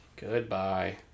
Goodbye